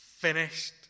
finished